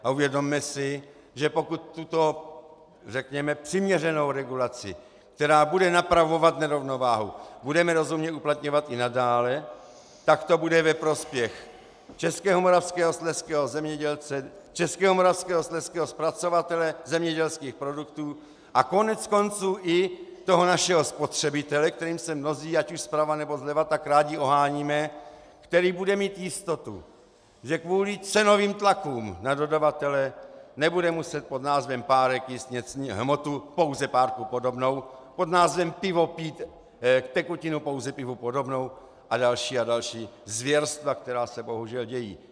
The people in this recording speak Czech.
A uvědomme si, že pokud tuto přiměřenou regulaci, která bude napravovat nerovnováhu, budeme rozumně uplatňovat i nadále, tak to bude ve prospěch českého, moravského a slezského zemědělce, českého, moravského a slezského zpracovatele zemědělských produktů a koneckonců i našeho spotřebitele, kterým se mnozí, ať už zprava, nebo zleva tak rádi oháníme, který bude mít jistotu, že kvůli cenovým tlakům na dodavatele nebude muset pod názvem párek jíst hmotu pouze párku podobnou, pod názvem pivo pít tekutinu pouze pivu podobnou a další a další zvěrstva, která se bohužel dějí.